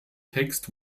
text